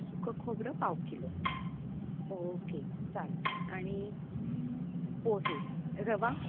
सुकं खोबरं पाव किलो ओके चाल आणि पोहे रवा